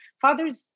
fathers